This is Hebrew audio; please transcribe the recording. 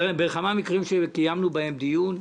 נדרשנו לעניין של אילת בכמה נושאים שקיימנו בהם דיון,